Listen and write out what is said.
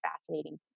fascinating